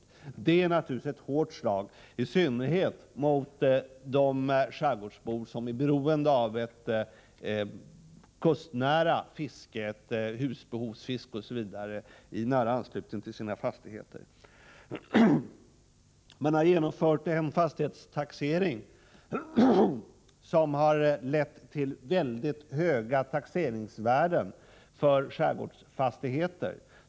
Om detta förslag går igenom, är det naturligtvis ett hårt slag i synnerhet mot de skärgårdsbor som är beroende av ett kustnära fiske, ett husbehovsfiske osv. i nära anslutning till sina fastigheter. Man har genomfört en fastighetstaxering som lett till väldigt höga taxeringsvärden för skärgårdsfastigheterna.